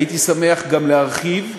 הייתי שמח גם להרחיב.